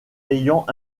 ayant